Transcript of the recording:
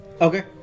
Okay